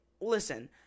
listen